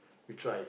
we try